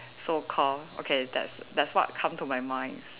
so calm okay that's that's what come to my mind